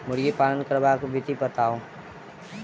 मुर्गी पालन करबाक विधि बताऊ?